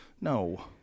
No